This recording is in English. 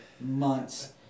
months